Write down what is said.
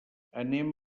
anem